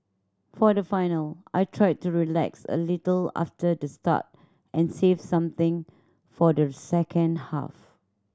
for the final I tried to relax a little after the start and save something for the second half